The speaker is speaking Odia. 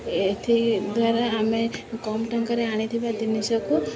ଏଥିଦ୍ୱାରା ଆମେ କମ୍ ଟଙ୍କାରେ ଆଣିଥିବା ଜିନିଷକୁ